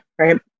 Right